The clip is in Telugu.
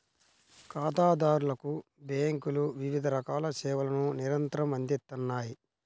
ఖాతాదారులకు బ్యేంకులు వివిధ రకాల సేవలను నిరంతరం అందిత్తన్నాయి